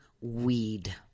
weed